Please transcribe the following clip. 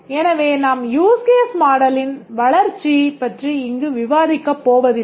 எனவே நாம் use case மாடலின் வளர்ச்சி பற்றி இங்கு விவாதிக்கப் போவதில்லை